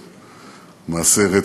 בבקשה.